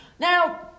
Now